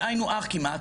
זה היי נוח כמעט,